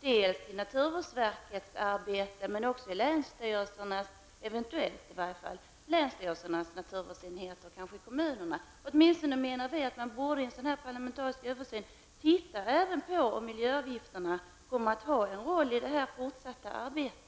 Det gäller naturvårdsverkets arbete, men också länsstyrelsernas naturvårdsenhet och kanske även kommunerna. Vi menar att man i en sådan parlamentarisk översyn åtminstone skall se över om miljöavgifterna kommer att få en roll i det fortsatta arbetet.